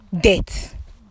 death